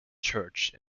church